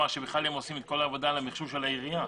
שהם עושים את כל העבודה על המחשוב של העירייה,